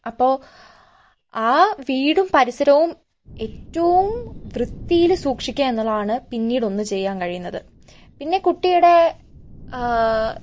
അപ്പൊൾ ആ വീടും പരിസരവും ഏറ്റവും വൃത്തിയിൽ സൂക്ഷിക്കുക എന്നുള്ളതാണ് പിന്നീടൊന്നു ചെയ്യാൻ കഴിയുന്നത് പിന്നെ കുട്ടിയുടെ